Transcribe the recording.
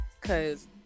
cause